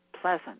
pleasant